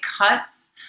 cuts